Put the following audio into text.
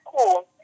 cool